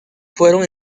fueron